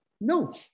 No